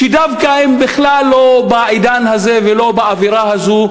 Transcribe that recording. שהם דווקא בכלל לא בעידן הזה ולא באווירה הזאת,